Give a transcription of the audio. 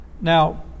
Now